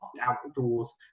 outdoors